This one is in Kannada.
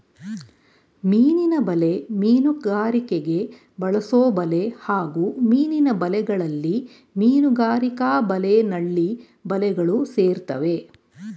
ಮೀನಿನ ಬಲೆ ಮೀನುಗಾರಿಕೆಗೆ ಬಳಸೊಬಲೆ ಹಾಗೂ ಮೀನಿನ ಬಲೆಗಳಲ್ಲಿ ಮೀನುಗಾರಿಕಾ ಬಲೆ ನಳ್ಳಿ ಬಲೆಗಳು ಸೇರ್ತವೆ